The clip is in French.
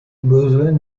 besoin